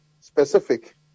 specific